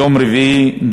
יום רביעי,